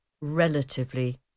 relatively